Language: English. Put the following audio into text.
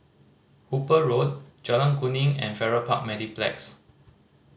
Hooper Road Jalan Kuning and Farrer Park Mediplex